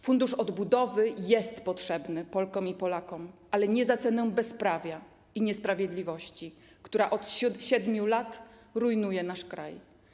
Fundusz Odbudowy jest potrzebny Polkom i Polakom, ale nie za cenę bezprawia i niesprawiedliwości, które od 7 lat rujnują nasz kraj.